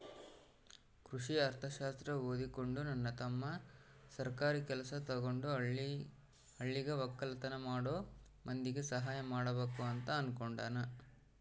ಕೃಷಿ ಅರ್ಥಶಾಸ್ತ್ರ ಓದಿಕೊಂಡು ನನ್ನ ತಮ್ಮ ಸರ್ಕಾರಿ ಕೆಲ್ಸ ತಗಂಡು ಹಳ್ಳಿಗ ವಕ್ಕಲತನ ಮಾಡೋ ಮಂದಿಗೆ ಸಹಾಯ ಮಾಡಬಕು ಅಂತ ಅನ್ನುಕೊಂಡನ